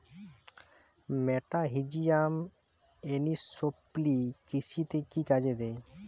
মেটাহিজিয়াম anisopliae কৃষিতে কি কাজে দেয়?